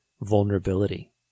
vulnerability